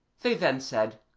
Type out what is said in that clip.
they then said,